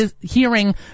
hearing